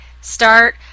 start